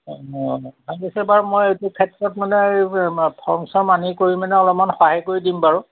তাৰপিছত আৰু মই এইটো ক্ষেত্ৰত মানে ফৰ্ম চৰ্ম আনি কৰি মানে অলপমান সহায় কৰি দিম বাৰু